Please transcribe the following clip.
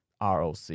ROC